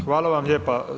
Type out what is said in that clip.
Hvala vam lijepa.